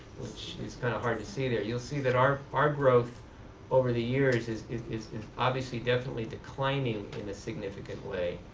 which is kind of hard to see there, you'll see that our our growth over the years is is obviously definitely declining in a significant way.